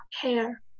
hair